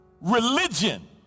religion